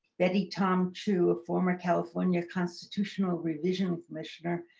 betty tom chu, a former california constitutional revision commissioner,